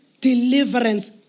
deliverance